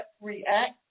react